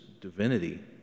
divinity